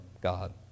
god